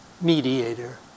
mediator